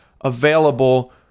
available